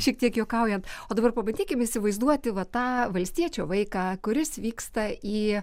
šiek tiek juokaujant o dabar pabandykim įsivaizduoti va tą valstiečio vaiką kuris vyksta į